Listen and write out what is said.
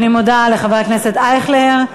אני מודה לחבר הכנסת אייכלר.